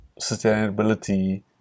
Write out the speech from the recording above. sustainability